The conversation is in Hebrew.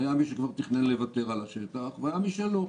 היה מי שכבר תכנן לוותר על השטח והיה מי שלא.